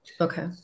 Okay